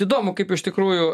įdomu kaip iš tikrųjų